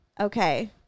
Okay